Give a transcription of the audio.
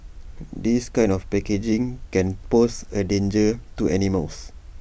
this kind of packaging can pose A danger to animals